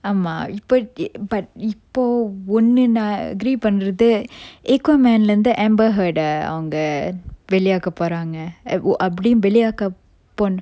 ஆமா இப்ப:aama ippa but இப்போ ஒன்னு நா:ippo onnu na agree பண்றது:panrathu aqua man lah இருந்து:irunthu amber head eh அவங்க வெளியாக்க போறாங்க அப்படியும் வெளியாக்க போனா:avanga veliyakka poranga appadiyum veliyakka pona